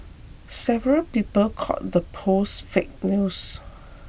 several people called the post fake news